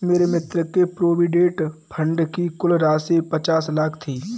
मेरे मित्र के प्रोविडेंट फण्ड की कुल राशि पचास लाख थी